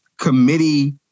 committee